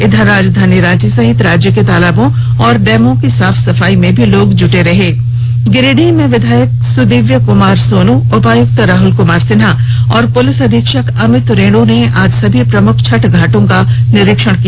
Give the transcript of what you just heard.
इधर राजधानी रांची सहित राज्य के तालाबों और डैमों की साफ सफाई में भी लोग जुटे रहे इघर गिरिडीह में विधायक सुदीव्य कुमार सोनू उपायुक्त राहुल कुमार सिन्हा और पुलिस अधीक्षक अभिंत रेणू ने आज सभी प्रमुख छठ घाटो का निरीक्षण किया